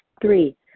Three